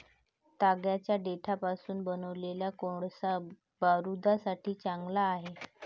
तागाच्या देठापासून बनवलेला कोळसा बारूदासाठी चांगला आहे